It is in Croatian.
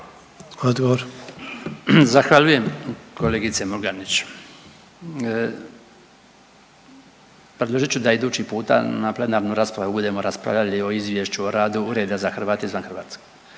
(HDZ)** Zahvaljujem kolegice Murganić. Predložit ću da idući na puta na plenarnu raspravu budemo raspravljali o Izvješću o radu Ureda za Hrvate izvan Hrvatske